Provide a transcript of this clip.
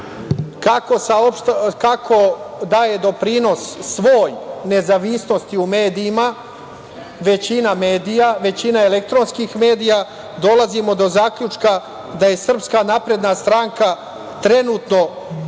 kako daje doprinos svoj nezavisnosti u medijima većina medija, većina elektronskih medija, dolazimo do zaključka da je Srpska napredna stranka trenutno,